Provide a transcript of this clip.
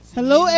Hello